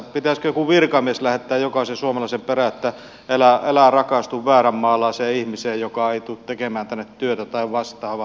pitäisikö joku virkamies lähettää jokaisen suomalaisen perään että älä rakastu vääränmaalaiseen ihmiseen joka ei tule tekemään tänne työtä tai vastaavaa